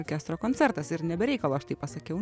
orkestro koncertas ir ne be reikalo aš taip pasakiau